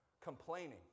Complaining